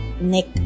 Nick